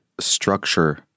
structure